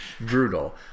brutal